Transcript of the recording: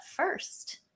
First